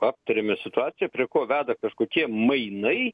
aptarėme situaciją prie ko veda kažkokie mainai